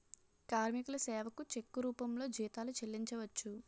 కార్మికుల సేవకు చెక్కు రూపంలో జీతాలు చెల్లించవచ్చు